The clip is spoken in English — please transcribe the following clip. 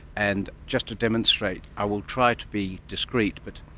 and just to demonstrate, i will try to be discrete, but,